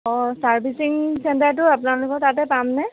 অঁ চাৰ্ভিচিং চেণ্টাৰটো আপোনালোকৰ তাতে পামনে